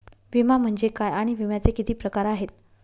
विमा म्हणजे काय आणि विम्याचे किती प्रकार आहेत?